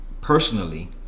personally